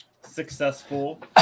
successful